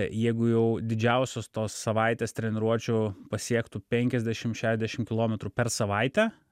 jeigu jau didžiausios tos savaitės treniruočių pasiektų penkiasdešimt šešiasdešimt kilometrų per savaitę